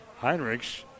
Heinrichs